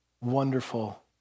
wonderful